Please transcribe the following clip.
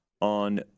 on